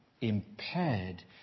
Impaired